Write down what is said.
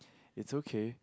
it's okay